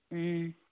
ꯎꯝ